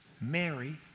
Mary